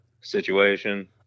situation